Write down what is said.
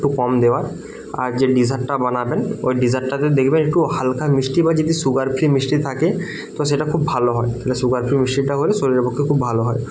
একটু কম দেওয়ার আর যে ডেসার্টটা বানাবেন ওই ডেসর্টটাতে দেখবেন একটু হালকা মিষ্টি বা যদি সুগার ফ্রি মিষ্টি থাকে তো সেটা খুব ভালো হয় তালে সুগার ফ্রি মিষ্টিটা হলে শরীরের পক্ষে খুব ভালো হয়